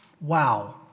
Wow